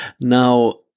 Now